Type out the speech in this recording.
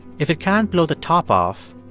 if it can't blow the top off,